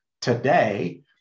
today